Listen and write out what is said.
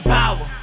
power